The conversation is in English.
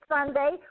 Sunday